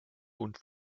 und